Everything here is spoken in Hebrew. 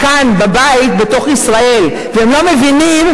השני, לטובות בידידות שלנו, גרמניה.